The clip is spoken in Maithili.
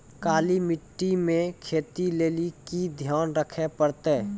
काली मिट्टी मे खेती लेली की ध्यान रखे परतै?